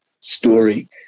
story